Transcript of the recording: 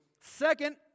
Second